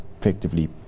effectively